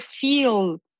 feel